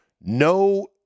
no